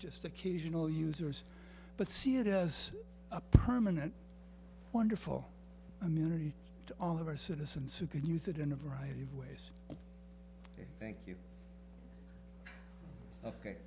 just occasional users but see it as a permanent wonderful community to all of our citizens who can use it in a variety of ways thank you ok